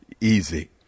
easy